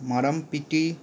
মারামপিটি